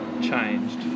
changed